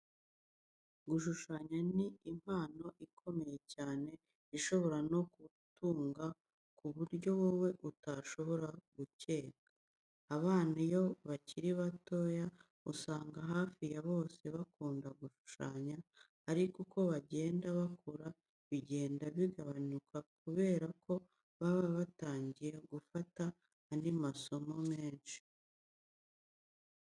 Gushushanya ni impano ikomeye cyane ishobora no kugutunga ku buryo wowe udashobora gukeka. Abana iyo bakiri batoya usanga hafi ya bose bakunda gushushanya ariko uko bagenda bakura bigenda bigabanuka kubera ko baba batangiye gufata andi masomo menshi.